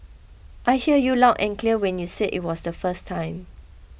I heard you loud and clear when you said it was the first time